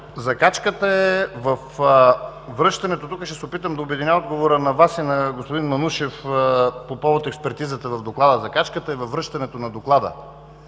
„Закачката“ е във връщането на Доклада